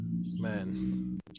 Man